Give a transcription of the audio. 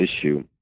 issue